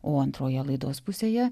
o antroje laidos pusėje